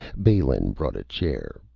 balin brought a chair.